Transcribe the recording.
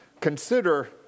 Consider